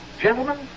Gentlemen